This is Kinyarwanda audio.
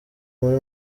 muri